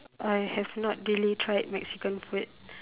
I have not really tried Mexican food